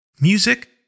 Music